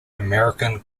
american